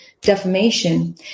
defamation